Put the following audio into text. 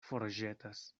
forĵetas